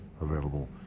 available